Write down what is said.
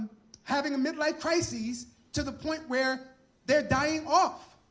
having a mid-life crises to the point where they're dying off.